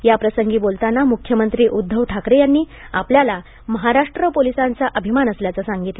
याप्रसंगी बोलताना मुख्यमंत्री उद्धव ठाकरे यांनी आपल्याला महाराष्ट्र पोलिसांचा अभिमान असल्याचं सांगितलं